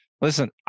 Listen